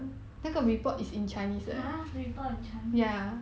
!huh! report in chinese ah